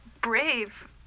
brave